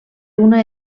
una